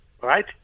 right